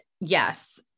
yes